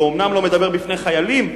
הוא אומנם לא מדבר בפני חיילים,